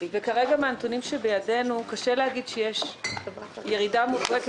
כרגע על פי הנתונים שבידינו קשה להגיד שיש ירידה משמעותית